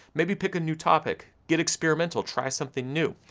maybe pick a new topic, get experimental, try something new,